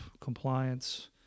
compliance